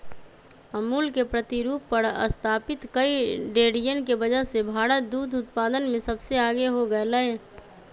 अमूल के प्रतिरूप पर स्तापित कई डेरियन के वजह से भारत दुग्ध उत्पादन में सबसे आगे हो गयलय